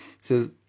says